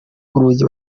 urugi